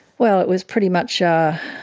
well it was pretty much yeah